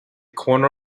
corner